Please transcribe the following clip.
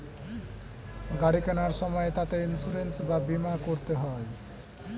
গাড়ি কেনার সময় তাতে ইন্সুরেন্স বা বীমা করতে হয়